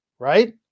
Right